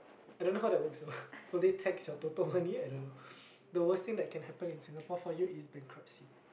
I don't know how that works though will they tax your Toto money I don't know the worst thing that can happen in Singapore for you is bankruptcy